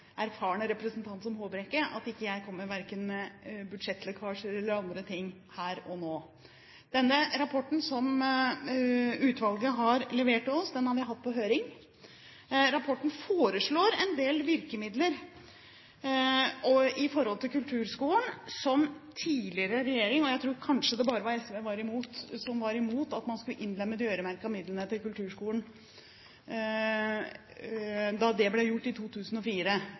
Håbrekke at jeg ikke kommer med budsjettlekkasjer eller andre ting her og nå. Den rapporten som utvalget har levert til oss, har vi hatt på høring. I rapporten foreslår man en del virkemidler i forhold til kulturskolen, som tidligere regjering. Jeg tror kanskje det bare var SV som var imot at man skulle innlemme de øremerkede midlene til kulturskolen, da det ble gjort i 2004,